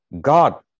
God